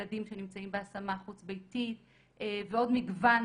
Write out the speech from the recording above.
ילדים שנמצאים בהשמה חוץ ביתית ועוד מגוון